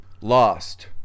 Lost